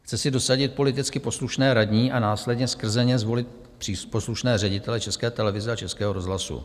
Chce si dosadit politicky poslušné radní a následně skrze ně zvolit poslušné ředitele České televize a Českého rozhlasu.